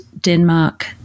Denmark